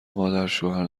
مادرشوهر